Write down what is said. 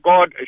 God